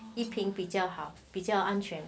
一瓶比较好一瓶比较安全